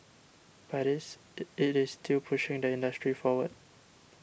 but it's it is still pushing the industry forward